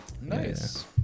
nice